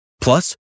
Plus